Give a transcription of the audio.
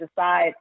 decide